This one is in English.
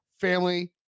family